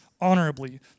honorably